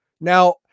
now